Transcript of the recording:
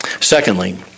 Secondly